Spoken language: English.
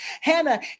Hannah